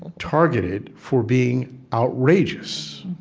and targeted for being outrageous,